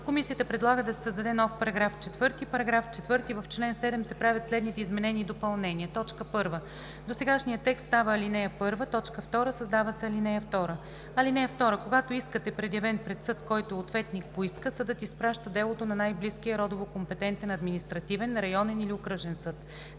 Комисията предлага да се създаде нов § 4: „§ 4. В чл. 7 се правят следните изменения и допълнения: 1. Досегашният текст става ал. 1. 2. Създава се ал. 2: „(2) Когато искът е предявен пред съд, който е ответник по иска, съдът изпраща делото на най-близкия родово компетентен административен, районен или окръжен съд.